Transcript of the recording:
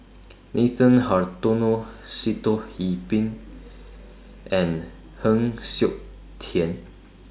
Nathan Hartono Sitoh Yih Pin and Heng Siok Tian